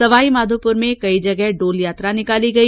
सवाईमाधोपुर में कई जगह डोल यात्रा निकाली गई